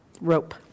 Rope